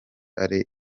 ari